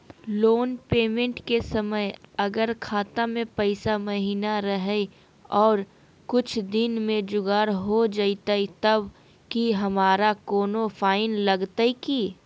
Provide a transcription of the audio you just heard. Loan payment के समय अगर खाता में पैसा महिना रहै और कुछ दिन में जुगाड़ हो जयतय तब की हमारा कोनो फाइन लगतय की?